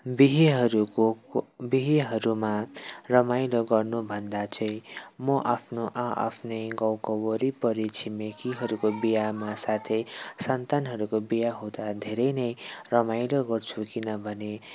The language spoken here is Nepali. बिहेहरूको बिहेहरूमा रमाइलो गर्नुभन्दा चाहिँ म आफ्नै आ आफ्नै गाउँको वरिपरि छिमेकीहरूको बिहामा साथै सन्तानहरूको बिहा हुँदा धेरै नै रमाइलो गर्छु किनभने